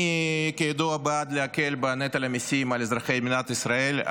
אני כידוע בעד להקל בנטל המיסים על אזרחי מדינת ישראל.